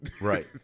Right